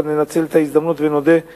ננצל את ההזדמנות ונודה גם